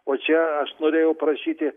o čia aš norėjau parašyti